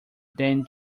then